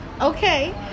Okay